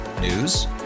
News